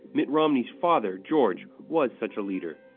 mitt romney's father, george, was such a leader,